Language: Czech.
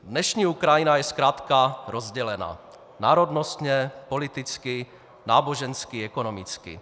Dnešní Ukrajina je zkrátka rozdělená národnostně, politicky, nábožensky i ekonomicky.